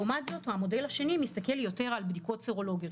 לעומת זאת המודל השני מסתכל יותר על בדיקות סרולוגיות,